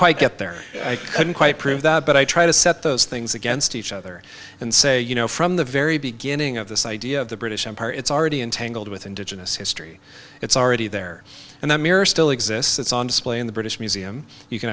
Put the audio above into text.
quite get there i couldn't quite prove that but i try to set those things against each other and say you know from the very beginning of this idea of the british empire it's already untangled with indigenous history it's already there and that mirror still exists it's on display in the british museum you can